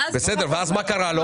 ואז מה קרה לו?